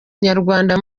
nyarwanda